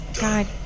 God